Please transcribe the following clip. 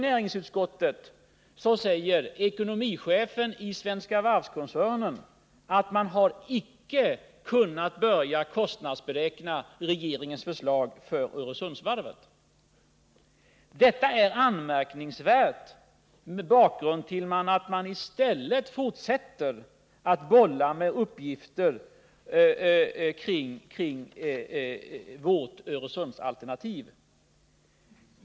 Vidare sade ekonomichefen i Svenska Varv-koncernen — också inför näringsutskottet — att man icke har kunnat börja kostnadsberäkna regeringens förslag för Öresundsvarvet. Mot denna bakgrund är det anmärkningsvärt att man fortsätter att bolla med de felaktiga uppgifterna kring vårt Öresundsalternativ.